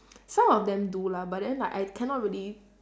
some of them do lah but then like I cannot really